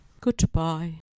Goodbye